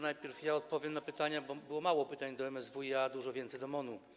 Najpierw ja odpowiem na pytania, bo mało było pytań do MSWiA, dużo więcej było do MON-u.